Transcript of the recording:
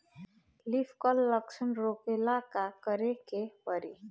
Leaf curl लक्षण रोकेला का करे के परी?